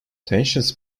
tensions